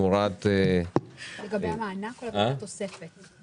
תמורת --- לגבי המענק או לגבי התוספת?